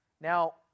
now